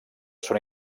són